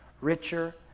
richer